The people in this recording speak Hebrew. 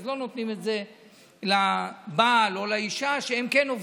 אז לא נותנים את זה לבעל או לאישה שהם כן עובדים.